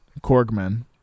Korgman